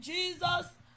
Jesus